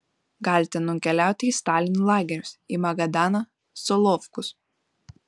galite nukeliauti į stalino lagerius į magadaną solovkus